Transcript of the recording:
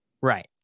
Right